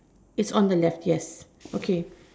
is on the left yes okay